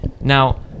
now